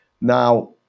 Now